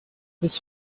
his